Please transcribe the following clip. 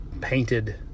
painted